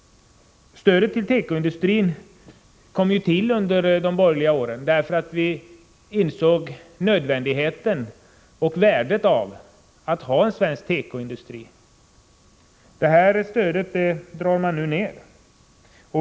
Stödet till tekoindustrin kom ju till under de borgerliga åren. Vi insåg nödvändigheten och värdet av att ha en svensk tekoindustri. Det här stödet drar man nu ner.